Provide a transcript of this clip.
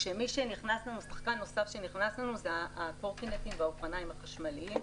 כששחקן נוסף שנכנס זה הקורקינטים והאופניים החשמליים.